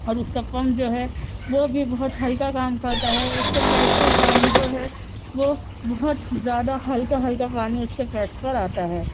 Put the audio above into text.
اور اُس کا پنکھ جو ہے وہ بھی بہت ہلکا کام کرتا ہے اُس کے پیڈ سے پانی جو ہے وہ بہت زیادہ ہلکا ہلکا پانی اُس کے پیڈز پر آتا ہے